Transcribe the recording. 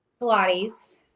pilates